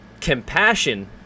Compassion